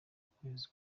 ukwezi